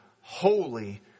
holy